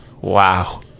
Wow